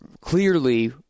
clearly